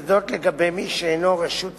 וזאת לגבי מי שאינו רשות ציבורית,